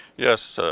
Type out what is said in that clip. yes,